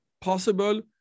possible